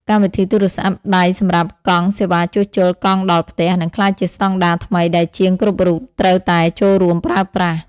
កម្មវិធីទូរស័ព្ទដៃសម្រាប់កក់សេវាជួសជុលកង់ដល់ផ្ទះ នឹងក្លាយជាស្តង់ដារថ្មីដែលជាងគ្រប់រូបត្រូវតែចូលរួមប្រើប្រាស់។